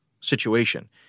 situation